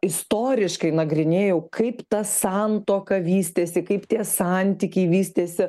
istoriškai nagrinėjau kaip ta santuoka vystėsi kaip tie santykiai vystėsi